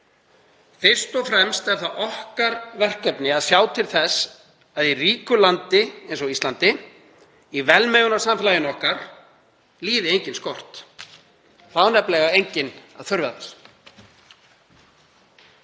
Fyrst og fremst er það verkefni okkar að sjá til þess að í ríku landi eins og Íslandi, í velmegunarsamfélaginu okkar, líði enginn skort. Það á nefnilega enginn að þurfa þess.